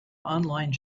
online